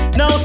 no